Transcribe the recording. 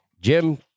Jim